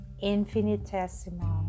Infinitesimal